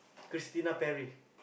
Christina-Perri